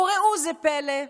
וראו זה פלא,